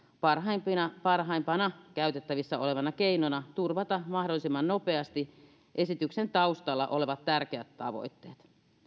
parhaimpana parhaimpana käytettävissä olevana keinona turvata mahdollisimman nopeasti esityksen taustalla olevat tärkeät tavoitteet